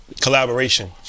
collaboration